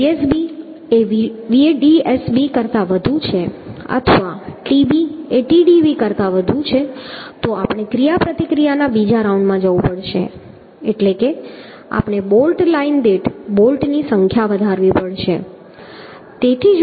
જો Vsb એ Vdsb કરતાં વધુ છે અથવા Tb એ Tdb કરતાં વધુ છે તો આપણે ક્રિયાપ્રતિક્રિયાના બીજા રાઉન્ડમાં જવું પડશે એટલે કે આપણે બોલ્ટ લાઇન દીઠ બોલ્ટની સંખ્યા વધારવી પડશે